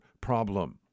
problem